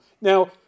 Now